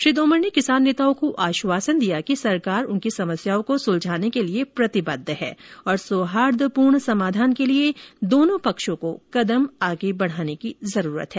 श्री तोमर ने किसान नेताओं को आश्वासन दिया कि सरकार उनकी समस्याओं को सुलझाने के लिए प्रतिबद्ध है और सौहार्दपूर्ण समाधान के लिए दोनों पक्षों को कदम आगे बढ़ाने की जरूरत है